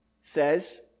says